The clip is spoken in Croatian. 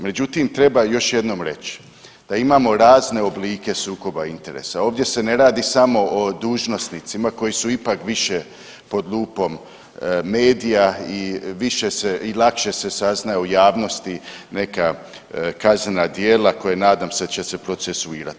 Međutim, treba još jednom reći da imamo razne oblike sukoba interesa, ovdje se ne radi samo o dužnosnicima koji su ipak više pod lupom medija i više se i lakše se saznaje u javnosti neka kaznena djela koja nadam se da će se procesuirati.